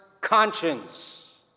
conscience